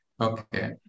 Okay